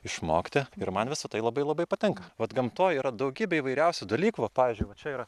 išmokti ir man visa tai labai labai patinka vat gamtoj yra daugybė įvairiausių dalykų va pavyzdžiui va čia yra